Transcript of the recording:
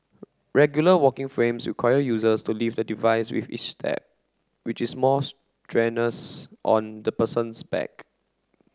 regular walking frames require users to lift the device with each step which is more strenuous on the person's back